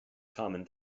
common